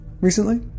recently